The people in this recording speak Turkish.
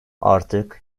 artık